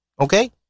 Okay